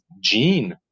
gene